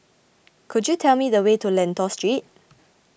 could you tell me the way to Lentor Street